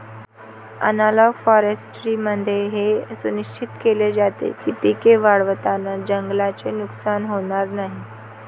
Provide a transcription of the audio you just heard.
analogue फॉरेस्ट्रीमध्ये हे सुनिश्चित केले जाते की पिके वाढवताना जंगलाचे नुकसान होणार नाही